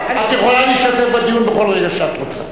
את יכולה להשתתף בדיון בכל רגע שאת רוצה.